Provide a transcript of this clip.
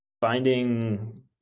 finding